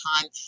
time